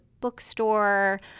bookstore